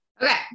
Okay